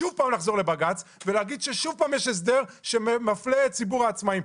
ושוב לחזור לבג"ץ ולהגיד ששוב יש הסדר שמפלה את ציבור העצמאים?